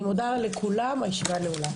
תודה רבה, הישיבה נעולה.